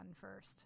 first